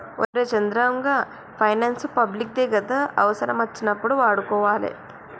ఒరే చంద్రం, గా finance public దే గదా, అవుసరమచ్చినప్పుడు వాడుకోవాలె